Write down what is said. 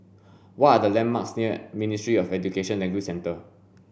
what are the landmarks near Ministry of Education Language Centre